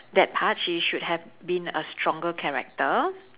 that part she should have been a stronger character